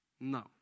No